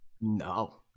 No